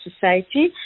society